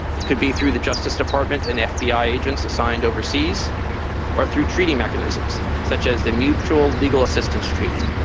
it could be through the justice department and fbi agents assigned overseas or through treaty mechanisms such as the mutual legal assistance treaty.